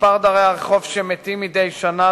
ומספר דרי הרחוב שמתים מדי שנה,